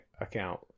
account